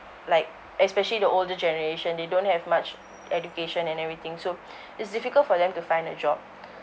like especially the older generation they don't have much education and everything so it's difficult for them to find a job